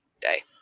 day